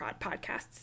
podcasts